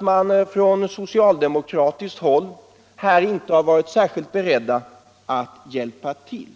man ändå från socialdemokratiskt håll inte varit särskilt beredd att hjälpa till.